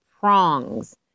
prongs